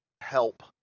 help